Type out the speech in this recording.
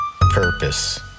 purpose